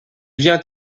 vient